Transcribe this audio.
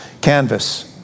canvas